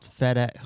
FedEx